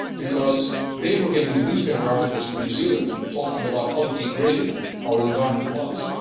because they were getting the newspaper articles from new zealand, talking about how degraded our environment was.